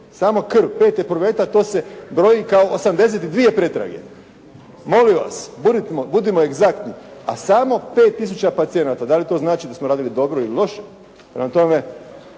samo krv, 5 epruveta, to se broji kao 82 pretrage. Molim vas, budimo egzaktni, a samo 5 tisuća pacijenata. Da li to znači da smo radili dobro ili loše?